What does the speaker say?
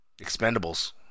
Expendables